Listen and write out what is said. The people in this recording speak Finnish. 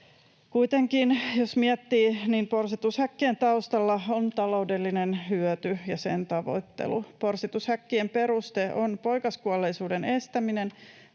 Kuitenkin, jos miettii, porsitushäkkien taustalla on taloudellinen hyöty ja sen tavoittelu. Porsitushäkkien peruste on poikaskuolleisuuden estäminen,